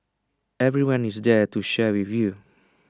everyone is there to share with you